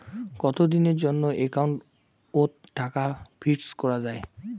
কতদিনের জন্যে একাউন্ট ওত টাকা ফিক্সড করা যায়?